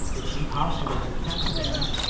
it's impossible to tax them,